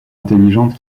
intelligente